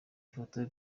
ifoto